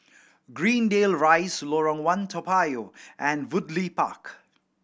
Greendale Rise Lorong One Toa Payoh and Woodleigh Park